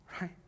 Right